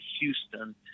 Houston